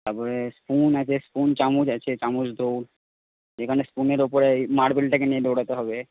তারপরে স্পুন আছে স্পুন চামচ আছে চামচ দৌঁড় সেখানে স্পুনের উপরে মারবেলটাকে নিয়ে দৌঁড়াতে হবে